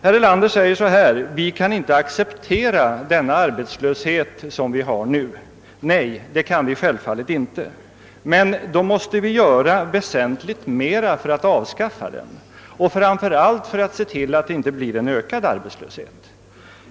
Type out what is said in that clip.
Han säger: Vi kan inte acceptera den arbetslöshet som vi nu har. Nej, det kan vi självfallet inte. Men då måste vi göra väsentligt mera för att avskaffa den och framför allt för att se till att det inte blir en ökad arbetslöshet.